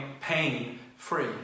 pain-free